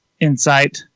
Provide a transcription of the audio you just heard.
insight